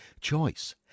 Choice